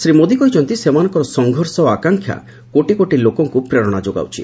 ଶ୍ରୀ ମୋଦି କହିଛନ୍ତି ସେମାନଙ୍କର ସଂଘର୍ଷ ଓ ଆକାଂକ୍ଷା କୋଟି କୋଟି ଲୋକଙ୍କୁ ପ୍ରେରଣା ଯୋଗାଉଛି